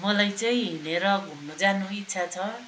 मलाई चाहिँ हिँडेर घुम्नु जानु इच्छा छ